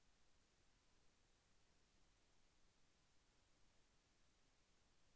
చల్లడం కోసం ఏ పరికరాలు అవసరం?